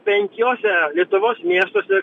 penkiose lietuvos miestuose